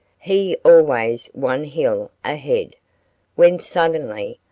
he always one hill ahead when suddenly,